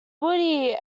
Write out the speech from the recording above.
woody